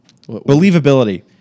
Believability